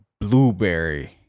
blueberry